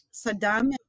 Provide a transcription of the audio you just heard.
saddam